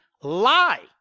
lie